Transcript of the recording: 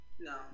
No